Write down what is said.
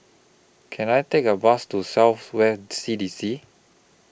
Can I Take A Bus to South West C D C